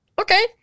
Okay